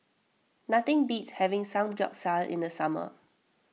nothing beats having Samgyeopsal in the summer